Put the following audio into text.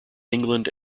england